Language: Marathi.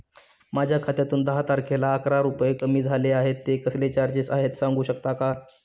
माझ्या खात्यातून दहा तारखेला अकरा रुपये कमी झाले आहेत ते कसले चार्जेस आहेत सांगू शकता का?